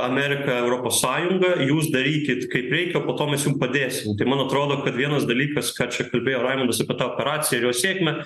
amerika europos sąjunga jūs darykit kaip reikia o po to mes jum padėsim tai man atrodo kad vienas dalykas ką čia kalbėjo raimundas apie tą operaciją ir jos sėkmę